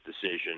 decision